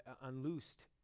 unloosed